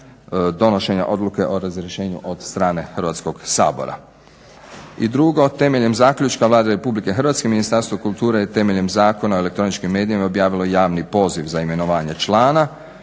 donošenja odluke o razrješenju od strane Hrvatskog sabora. I drugo, temeljem zaključka Vlade RH Ministarstvo kulture je temeljem Zakona o elektroničkim medijima objavilo javni poziv za imenovanje člana